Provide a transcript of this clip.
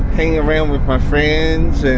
hanging around with my friends and.